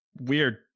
weird